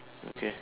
okay